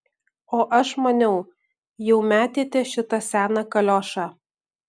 o aš maniau jau metėte šitą seną kaliošą